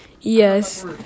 yes